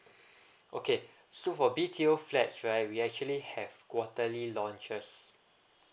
okay so for B_T_O flats right we actually have quarterly launches